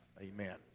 Amen